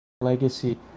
legacy